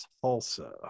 Tulsa